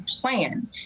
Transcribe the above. plan